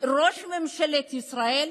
ראש ממשלת ישראל,